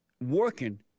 working